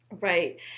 Right